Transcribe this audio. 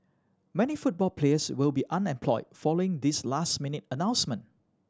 many football players will be unemployed following this last minute announcement